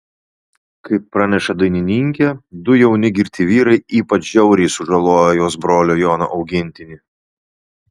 kaip praneša dainininkė du jauni girti vyrai ypač žiauriai sužalojo jos brolio jono augintinį